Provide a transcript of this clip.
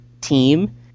team